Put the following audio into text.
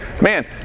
man